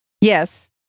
Yes